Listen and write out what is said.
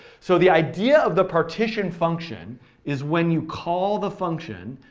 so the idea of the partition function is when you call the function,